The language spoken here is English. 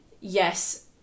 yes